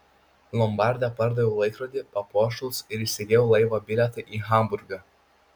lombarde pardaviau laikrodį papuošalus ir įsigijau laivo bilietą į hamburgą